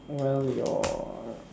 well your